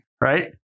Right